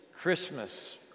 Christmas